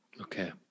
okay